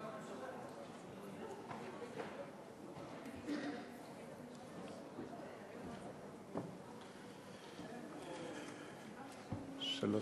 שלוש